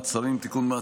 מעצרים) (תיקון,